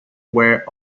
were